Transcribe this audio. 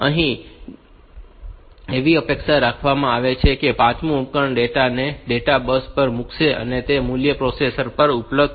અહીં એવી અપેક્ષા રાખવામાં આવે છે કે આ પાંચમું ઉપકરણ ડેટા ને ડેટા બસ માં મૂકશે અને તે મૂલ્ય પ્રોસેસર પર ઉપલબ્ધ થશે